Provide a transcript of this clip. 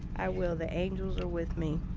i will. the angels are with me.